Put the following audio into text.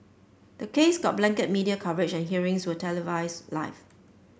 the case got blanket media coverage and hearings were televised live